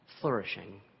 flourishing